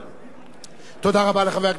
תודה רבה לחבר הכנסת מוחמד ברכה.